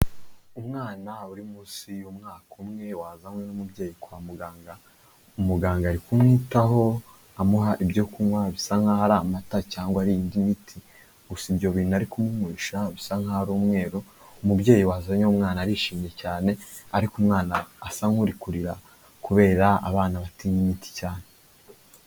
Umwana uri munsi y'umwaka umwe wazanywe n'umubyeyi kwa muganga, umuganga ari kumwitaho amuha ibyo kunywa bisa nkaho ari amata cyangwa ari indi miti, gusa ibyo bintu ari kumunywesha bisa nkaho ari umweru, umubyeyi wazanye uwo mwana arishimye cyane, ariko umwana asa nk'uri kurira kubera abana batinya imiti cyane.